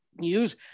use